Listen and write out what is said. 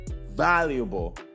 valuable